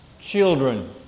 children